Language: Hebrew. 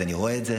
אני רואה את זה.